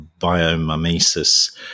biomimesis